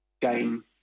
game